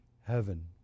heaven